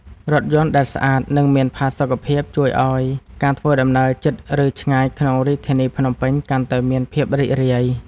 រថយន្តដែលស្អាត និងមានផាសុកភាពជួយឱ្យការធ្វើដំណើរជិត ឬឆ្ងាយក្នុងរាជធានីភ្នំពេញកាន់តែមានភាពរីករាយ។